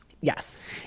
Yes